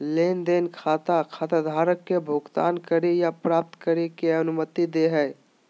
लेन देन खाता खाताधारक के भुगतान करे या प्राप्त करे के अनुमति दे हइ